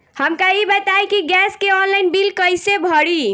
हमका ई बताई कि गैस के ऑनलाइन बिल कइसे भरी?